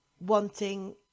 wanting